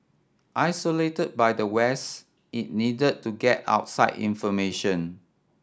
isolated by the West it needed to get outside information